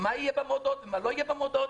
מה יהיה במודעות ומה לא יהיה במודעות?